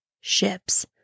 ships